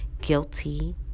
guilty